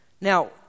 Now